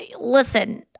listen